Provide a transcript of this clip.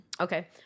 Okay